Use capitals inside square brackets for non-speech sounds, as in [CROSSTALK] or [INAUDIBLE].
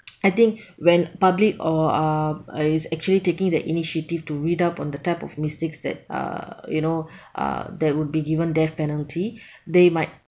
[NOISE] I think when public or uh is actually taking the initiative to read up on the types of mistakes that uh you know uh that would be given death penalty [BREATH] they might